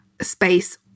space